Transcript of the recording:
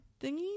thingy